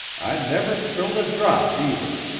i never spilled a drop, either!